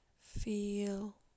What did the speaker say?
Feel